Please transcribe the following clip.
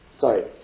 Sorry